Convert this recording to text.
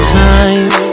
time